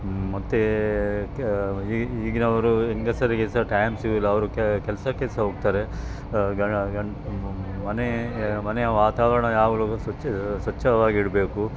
ಮತ್ತು ಈಗಿನವರು ಹೆಂಗಸರಿಗೆ ಸಹ ಟೈಮ್ ಸಿಗುವುದಿಲ್ಲ ಅವರು ಕೆಲಸಕ್ಕೆ ಸಹ ಹೋಗ್ತಾರೆ ಮನೆ ಮನೆಯ ವಾತಾವರಣ ಯಾವಾಗಲೂ ಸ್ವಚ್ಛ ಸ್ವಚ್ಛವಾಗಿಡಬೇಕು